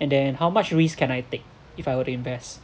and then how much risk can I take if I were to invest